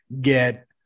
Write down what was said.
get